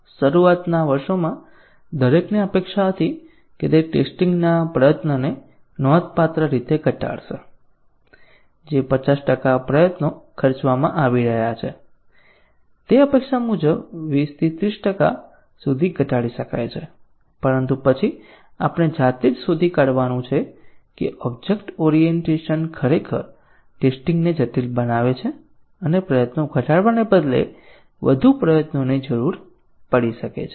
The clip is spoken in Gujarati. શરૂઆતના વર્ષોમાં દરેકને અપેક્ષા હતી કે તે ટેસ્ટીંગ ના પ્રયત્નોને નોંધપાત્ર રીતે ઘટાડશે જે 50 ટકા પ્રયત્નો ખર્ચવામાં આવી રહ્યા છે તે અપેક્ષા મુજબ 20 30 ટકા સુધી ઘટાડી શકાય છે પરંતુ પછી આપણે જાતે જ શોધી કા that્યું કે ઓબ્જેક્ટ ઓરિએન્ટેશન ખરેખર ટેસ્ટીંગ ને જટિલ બનાવે છે અને પ્રયત્નો ઘટાડવાને બદલે વધુ પ્રયત્નોની જરૂર પડી શકે છે